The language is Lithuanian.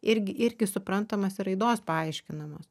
irgi irgi suprantamos ir raidos paaiškinamos